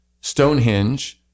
Stonehenge